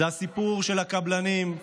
זה הסיפור של הקבלנים,